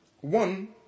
one